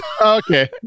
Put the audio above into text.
Okay